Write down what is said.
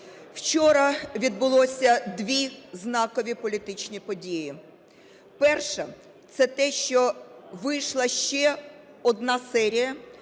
Вчора відбулися дві знакові політичні події. Перша – це те, що вийшла ще одна серія